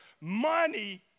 money